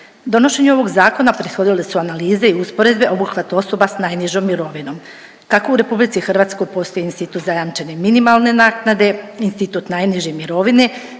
Donošenju ovog zakona prethodile su analize i usporedbe obuhvat osoba s najnižom mirovinom. Kako u RH postoji institut zajamčene minimalne naknade, institut najniže mirovine